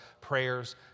prayers